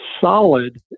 solid